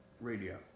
radio